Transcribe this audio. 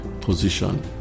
position